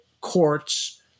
courts